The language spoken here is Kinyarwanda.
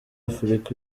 afurika